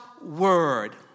Word